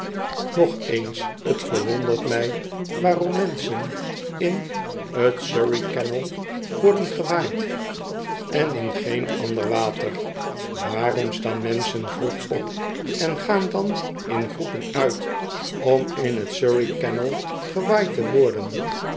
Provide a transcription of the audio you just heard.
nog eens t verwondert mij waarom menschen in t surrey canal worden gewaaid en in geen ander water waarom staan menschen vroeg op en gaan dan in groepen uit om in t surrey canal gewaaid te worden